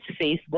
Facebook